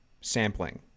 sampling